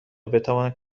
بتوانند